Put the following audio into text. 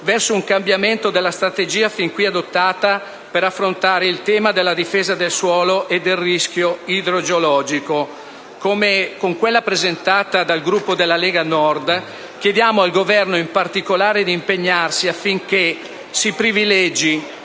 verso un cambiamento della strategia sin qui adottata per affrontare il tema della difesa del suolo e del rischio idrogeologico. La mozione presentata dal Gruppo Lega Nord impegna in particolare il Governo affinché si privilegi